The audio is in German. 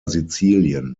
sizilien